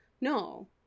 No